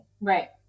Right